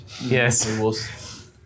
Yes